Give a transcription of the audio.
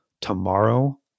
tomorrow